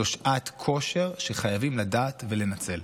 זו שעת כושר שחייבים לדעת ולנצל.